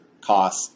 cost